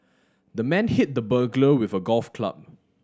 the man hit the burglar with a golf club